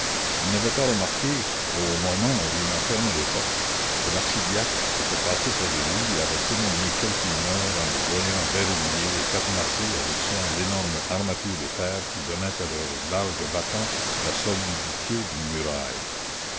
il n'avait pas remarqué au moment où il en fermait les portes que l'archidiacre était passé près de lui et avait témoigné quelque humeur en le voyant verrouiller et cadenasser avec soin l'énorme armature de fer qui donnait à leurs larges battants la solidité d'une muraille